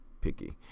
picky